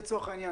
לצורך העניין,